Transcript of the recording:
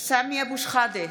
סמי אבו שחאדה,